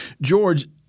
George